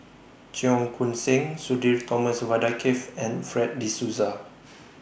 Cheong Koon Seng Sudhir Thomas Vadaketh and Fred De Souza